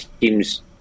teams